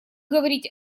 говорить